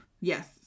yes